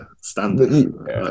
standard